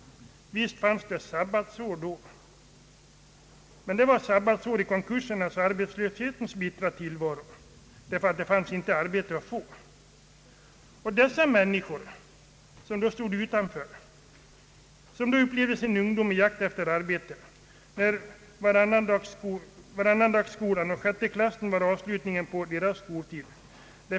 Visst förekom det sabbatsår då, men det var sabbatsår i konkursernas och arbetslöshetens bittra tillvaro, därför att det inte fanns arbete att få. Dessa människor, som då stod utanför, upplevde sin ungdom i jakt efter arbete, de fick sin utbildning i varannandagsskola, och sjätte klassen var avslutningen på deras skoltid.